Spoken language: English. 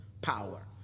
power